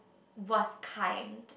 was kind